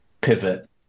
pivot